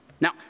Now